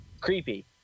creepy